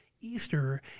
Easter